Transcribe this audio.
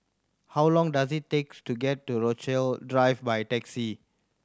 how long does it takes to get to Rochalie Drive by taxi